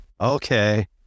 Okay